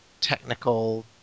technical